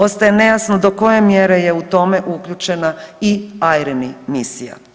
Ostaje nejasno do koje mjere je u tome uključena i „IRINI“ misija.